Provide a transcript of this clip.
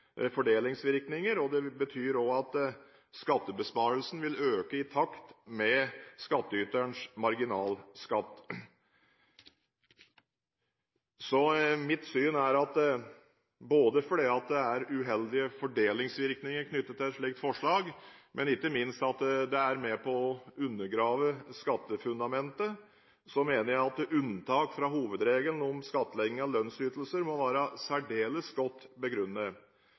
fordelingsvirkninger. Det betyr også at skattebesparelsen vil øke i takt med skattyterens marginalskatt. Så mitt syn er at både fordi det er uheldige fordelingsvirkninger knyttet til et slikt forslag og ikke minst fordi det er med på å undergrave skattefundamentet, må unntak fra hovedregelen om skattlegging av lønnsytelser være særdeles godt begrunnet.